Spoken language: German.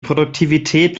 produktivität